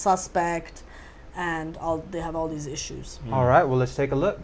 suspect and all they have all these issues all right well let's take a look